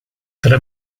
tra